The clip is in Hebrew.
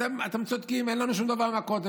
אתם צודקים, אין לנו שום דבר עם הכותל.